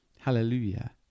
Hallelujah